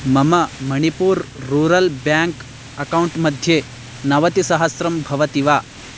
मम Manipur rural bank account मध्ये नवतिसहस्रं भवति वा